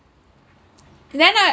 and then like